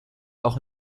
auch